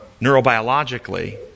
neurobiologically